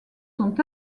sont